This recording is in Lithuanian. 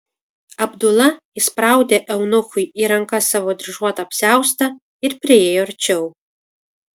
abdula įspraudė eunuchui į rankas savo dryžuotą apsiaustą ir priėjo arčiau